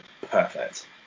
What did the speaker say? perfect